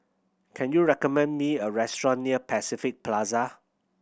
can you recommend me a restaurant near Pacific Plaza